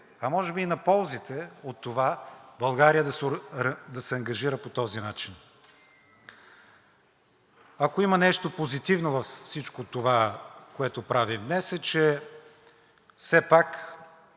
а може би и на ползите от това България да се ангажира по този начин. Ако има нещо позитивно във всичко това, което правим днес, е, че все пак,